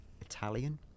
Italian